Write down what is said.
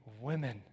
women